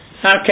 Okay